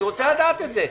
אני רוצה לדעת את זה.